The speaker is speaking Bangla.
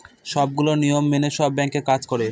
সবগুলো নিয়ম মেনে সব ব্যাঙ্ক কাজ করে